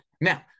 Now